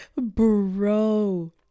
bro